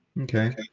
Okay